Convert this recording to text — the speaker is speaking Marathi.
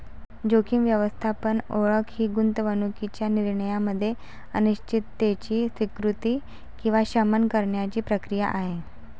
जोखीम व्यवस्थापन ओळख ही गुंतवणूकीच्या निर्णयामध्ये अनिश्चिततेची स्वीकृती किंवा शमन करण्याची प्रक्रिया आहे